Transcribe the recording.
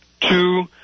Two